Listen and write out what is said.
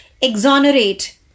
exonerate